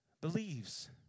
Believes